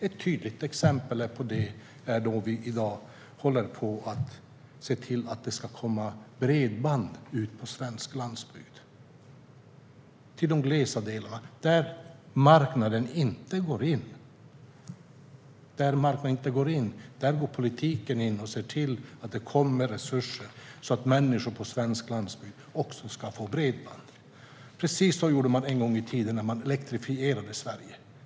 Ett tydligt exempel på detta är bredbandsutbyggnaden på den glesbefolkade landsbygden. Där marknaden inte går in går politiken in och ser till att det kommer resurser så att människor på svensk landsbygd också ska få bredband. Precis så gjorde man när man en gång i tiden elektrifierade Sverige.